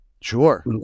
Sure